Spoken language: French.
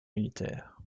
militaires